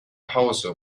hause